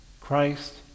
Christ